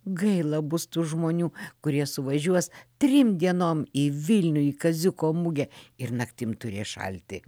gaila bus tų žmonių kurie suvažiuos trim dienom į vilniuj kaziuko mugę ir naktim turės šalti